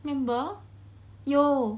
remember 有